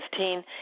2015